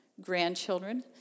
grandchildren